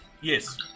Yes